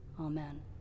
amen